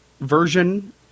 version